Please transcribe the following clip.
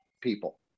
people